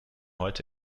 heute